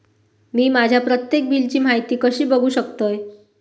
मी माझ्या प्रत्येक बिलची माहिती कशी बघू शकतय?